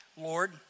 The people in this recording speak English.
Lord